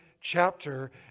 chapter